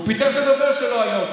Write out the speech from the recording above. הוא פיטר את הדובר שלו היום.